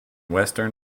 western